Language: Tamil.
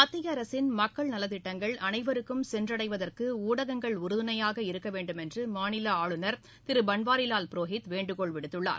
மத்திய அரசின் மக்கள் நலத்திட்டங்கள் அனைவருக்கும் சென்றடைவதற்கு ஊடகங்கள் உறுதுணையாக இருக்க வேண்டும் என்று மாநில ஆஞநர் திரு பன்வாரிலால் புரோஹித் வேண்டுகோள் விடுத்துள்ளார்